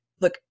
look